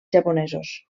japonesos